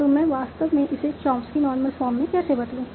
तो मैं वास्तव में इसे चॉम्स्की नॉर्मल फॉर्म में कैसे बदलूं